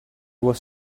was